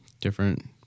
different